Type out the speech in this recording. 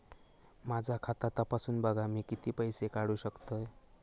माझा खाता तपासून बघा मी किती पैशे काढू शकतय?